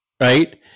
right